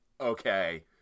okay